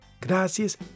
Gracias